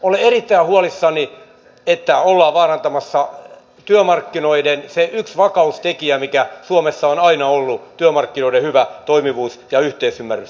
olen erittäin huolissani että ollaan vaarantamassa se työmarkkinoiden yksi vakaustekijä mikä suomessa on aina ollut työmarkkinoiden hyvä toimivuus ja yhteisymmärrys